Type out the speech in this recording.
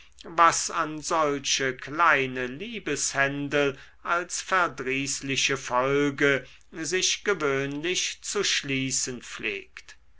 was an solche kleine liebeshändel als verdrießliche folge sich gewöhnlich zu schließen pflegt